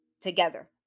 together